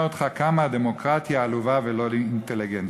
אותך כמה הדמוקרטיה עלובה ולא אינטליגנטית,